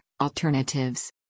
alternatives